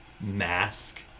mask